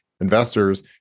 investors